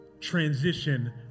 transition